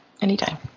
Anytime